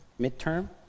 midterm